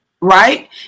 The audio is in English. right